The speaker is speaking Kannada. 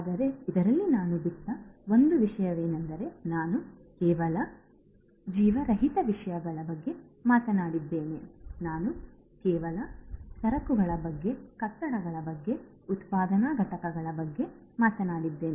ಆದರೆ ಇದರಲ್ಲಿ ನಾನು ಬಿಟ್ಟ ಒಂದು ವಿಷಯವೆಂದರೆ ನಾನು ಕೇವಲ ಜೀವರಹಿತ ವಿಷಯಗಳ ಬಗ್ಗೆ ಮಾತನಾಡಿದ್ದೇನೆ ನಾನು ಕೇವಲ ಸರಕುಗಳ ಬಗ್ಗೆ ಕಟ್ಟಡಗಳ ಬಗ್ಗೆ ಉತ್ಪಾದನಾ ಘಟಕಗಳ ಬಗ್ಗೆ ಮಾತನಾಡಿದ್ದೇನೆ